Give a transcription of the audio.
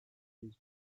his